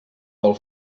pel